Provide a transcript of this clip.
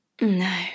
No